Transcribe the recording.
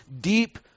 deep